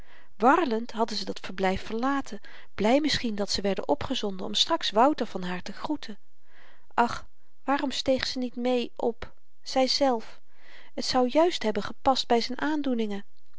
warlend hadden ze dat verblyf verlaten bly misschien dat ze werden opgezonden om straks wouter van haar te groeten ach waarom steeg ze niet mee op zyzelf t zou juist hebben gepast by z'n aandoeningen